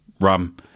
rum